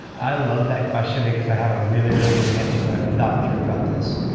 i love that question, because i have a really, really good answer that i've thought through about this.